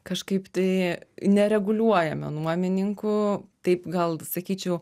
kažkaip tai nereguliuojame nuomininkų taip gal sakyčiau